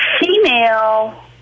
female